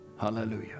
Hallelujah